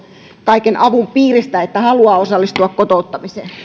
kaiken avun piiristä ikään kuin sen vuoksi että haluaa osallistua kotouttamiseen